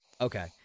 Okay